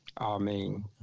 Amen